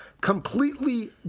completely